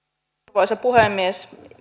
arvoisa puhemies